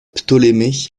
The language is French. ptolémée